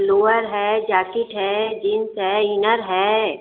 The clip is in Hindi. लोअर है जैकीट है जींस है इनर हैं